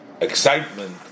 excitement